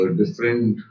different